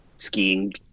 skiing